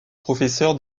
professeur